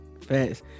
fast